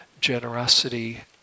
generosity